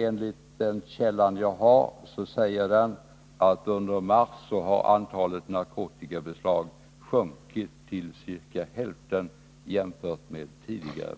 Enligt min källa har antalet narkotikabeslag under mars sjunkit till ca hälften jämfört med tidigare,